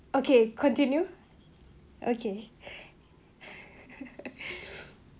okay continue okay